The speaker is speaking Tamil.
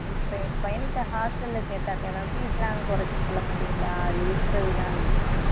சரி இப்போ எங்கள் பையனை இப்போ ஹாஸ்டலில் சேர்த்தாக்கெல்லாம் ஃபீஸ்லாம் குறச்சி சொல்லமாட்டிங்களா அது இருக்குறதுதாங்களா